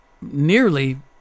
nearly